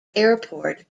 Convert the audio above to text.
airport